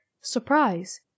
surprise